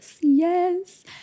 Yes